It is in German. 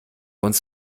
uns